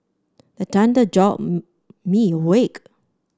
the thunder jolt me awake